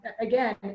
again